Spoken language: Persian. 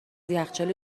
یخچال